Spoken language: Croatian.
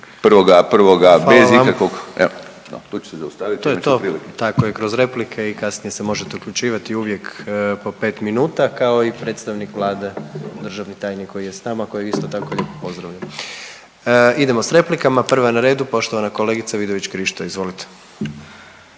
**Jandroković, Gordan (HDZ)** To je to. Tako je, kroz replike i kasnije se možete uključivati uvijek po 5 minuta, kao i predstavnik Vlade, državni tajnik koji je s nama, kojeg isto tako lijepo pozdravljam. Idemo s replikama. Prva na redu, poštovana kolegica Vidović Krišto. Izvolite.